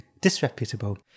disreputable